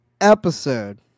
episode